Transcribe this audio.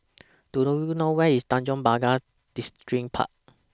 Do YOU know know Where IS Tanjong Pagar Distripark